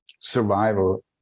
survival